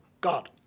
God